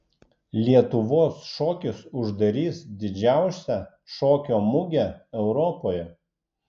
lietuvos šokis uždarys didžiausią šokio mugę europoje